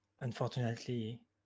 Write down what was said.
unfortunately